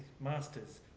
Masters